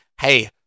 hey